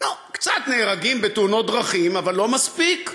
נו, קצת נהרגים בתאונות דרכים, אבל לא מספיק,